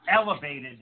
elevated